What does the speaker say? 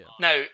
Now